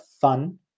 fun